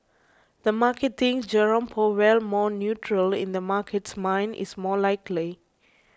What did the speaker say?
the market thinks Jerome Powell more neutral in the market's mind is more likely